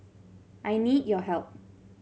I need your help